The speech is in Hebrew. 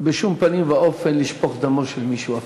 בשום פנים ואופן לשפוך דמו של מישהו.